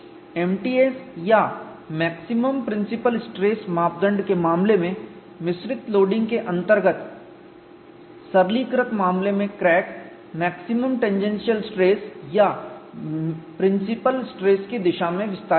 MTS या maximum principal stress मापदंड के मामले में मिश्रित लोडिंग के अंतर्गत सरलीकृत मामले में क्रैक मैक्सिमम टेंजेंशियल स्ट्रेस या प्रिंसिपल स्ट्रेस की दिशा में विस्तारित होगी